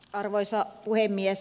arvoisa puhemies